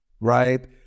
right